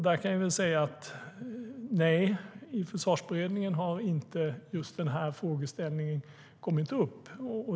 Jag kan säga att i Försvarsberedningen har inte just den här frågeställningen kommit upp.